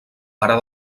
ara